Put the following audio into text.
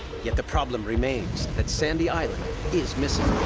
yet the problem remains that sandy island is missing.